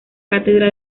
cátedra